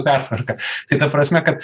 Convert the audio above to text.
pertvarka tai ta prasme kad